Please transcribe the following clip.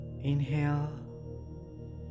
Inhale